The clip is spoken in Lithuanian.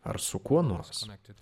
ar su kuo nors